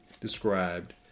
described